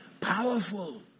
Powerful